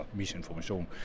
misinformation